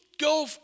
go